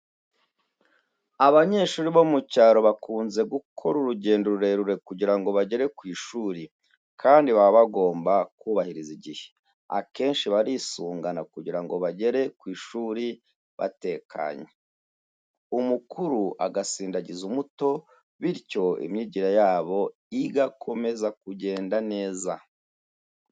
Abanyeshuri bo mu cyaro bakunze gukora urugendo rurerure kugira ngo bagere ku ishuri kandi baba bagomba kubahiriza igihe. Akenshi barisungana kugira ngo bagere ku ishuri batekanye, umukuru agasindagiza umuto, bityo imyigire yabo igakomeza kugenda neza.